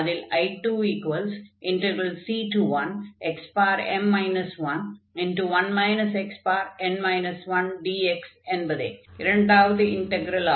அதில் I2c1xm 11 xn 1dx என்பதே இரண்டாவது இன்டக்ரல்